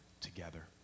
together